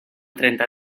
trenta